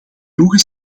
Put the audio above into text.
vroege